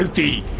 the